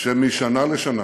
שמשנה לשנה,